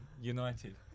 United